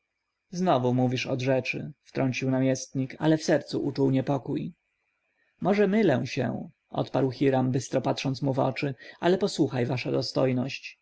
znowu mówisz od rzeczy wtrącił namiestnik ale w sercu uczuł niepokój może mylę się odparł hiram bystro patrząc mu w oczy ale posłuchaj wasza dostojność